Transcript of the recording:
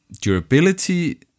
durability